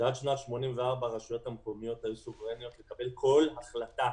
שעד שנת 1984 הרשויות המקומיות היו סוברניות לקבל כל החלטה